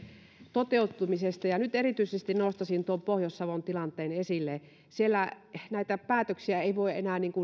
toteutumisesta nyt nostaisin erityisesti tuon pohjois savon tilanteen esille siellä näitä päätöksiä ei voida enää